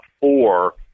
four